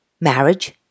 marriage